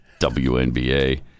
WNBA